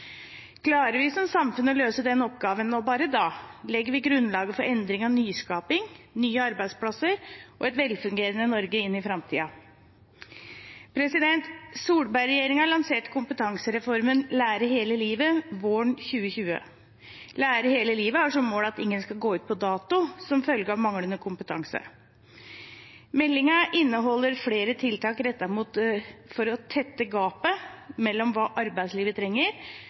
som samfunn å løse den oppgaven, og bare da, legger vi grunnlaget for endring og nyskaping, nye arbeidsplasser og et velfungerende Norge inn i framtiden. Solberg-regjeringen lanserte kompetansereformen Lære hele livet våren 2020. Lære hele livet har som mål at ingen skal gå ut på dato som følge av manglende kompetanse. Meldingen inneholder flere tiltak rettet mot å tette gapet mellom hva arbeidslivet trenger